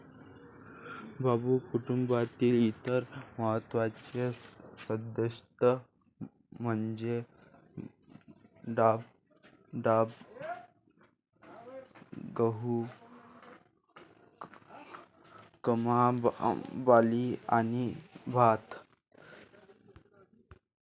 बांबू कुटुंबातील इतर महत्त्वाचे सदस्य म्हणजे डाब, गहू, मका, बार्ली आणि भात